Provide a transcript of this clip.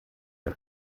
der